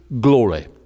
glory